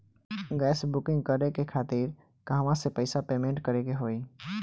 Gas booking करे के खातिर कहवा से पैसा पेमेंट करे के होई?